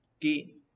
key